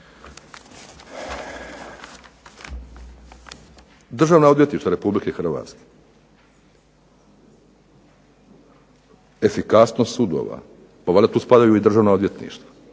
Državna odvjetništva Republike Hrvatske, efikasnost sudova, valjda tu spadaju i Državna odvjetništva